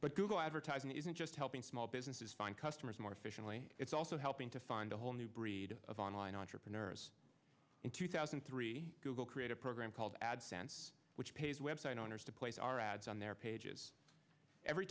but google advertising isn't just helping small businesses find customers more efficiently it's also helping to find a whole new breed of online entrepreneurs in two thousand and three google create a program called ad sense which pays web site owners to place our ads on their pages every